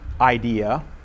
idea